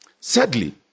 Sadly